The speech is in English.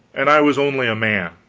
and i was only a man,